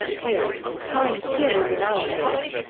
chaos and time-series analysis.